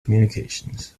communications